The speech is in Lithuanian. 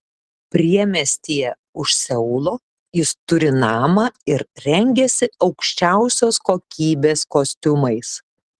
priemiestyje už seulo jis turi namą ir rengiasi aukščiausios kokybės kostiumais